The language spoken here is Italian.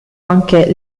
anche